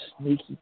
sneaky